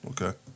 Okay